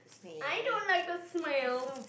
I don't like the smell